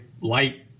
light